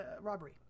robbery